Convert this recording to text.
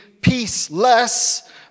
peaceless